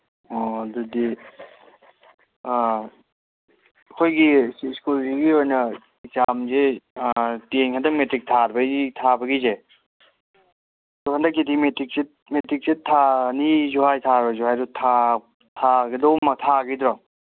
ꯑꯣ ꯑꯗꯨꯗꯤ ꯑ ꯑꯩꯈꯣꯏꯒꯤ ꯁꯤ ꯁ꯭ꯀꯨꯜꯁꯤꯒꯤ ꯑꯣꯏꯅ ꯑꯦꯛꯖꯥꯝꯁꯦ ꯇꯦꯟ ꯍꯟꯗꯛ ꯃꯦꯇ꯭ꯔꯤꯛ ꯊꯥꯕꯒꯤ ꯊꯥꯕꯒꯤꯁꯦ ꯑꯗꯣ ꯍꯟꯗꯛꯀꯤꯗꯤ ꯃꯦꯇ꯭ꯔꯤꯛꯁꯦ ꯃꯦꯇ꯭ꯔꯤꯛꯁꯦ ꯊꯥꯅꯤꯁꯨ ꯍꯥꯏ ꯊꯥꯔꯑꯣꯏꯁꯨ ꯍꯥꯏ ꯑꯗꯨ ꯊꯥꯒꯤꯗ꯭ꯔꯣ